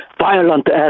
violent